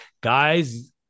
guys